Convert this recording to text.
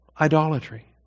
idolatry